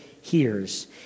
hears